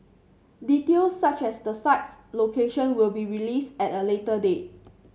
details such as the site's location will be released at a later date